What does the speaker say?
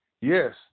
Yes